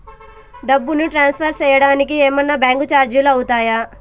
డబ్బును ట్రాన్స్ఫర్ సేయడానికి ఏమన్నా బ్యాంకు చార్జీలు అవుతాయా?